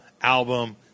album